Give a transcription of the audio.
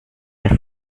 der